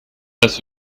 das